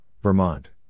Vermont